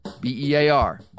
B-E-A-R